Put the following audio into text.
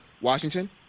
Washington